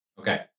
Okay